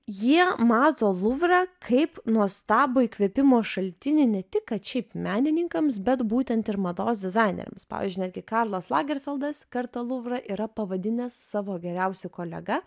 jie mato luvrą kaip nuostabų įkvėpimo šaltinį ne tik kad šiaip menininkams bet būtent ir mados dizaineriams pavyzdžiui netgi karlas lagerfeldas kartą luvrą yra pavadinęs savo geriausiu kolega